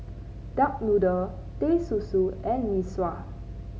Duck Noodle Teh Susu and Mee Sua